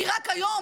כי רק היום,